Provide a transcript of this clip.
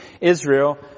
Israel